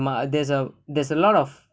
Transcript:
there's a there's a there's a lot of